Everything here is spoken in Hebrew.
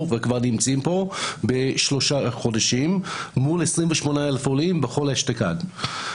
וכבר נמצאים פה שלושה חודשים מול 28,000 עולים בכל אשתקד.